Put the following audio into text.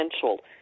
potential